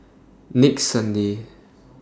next Sunday